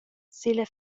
silla